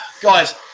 guys